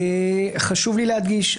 חשוב לי להזכיר,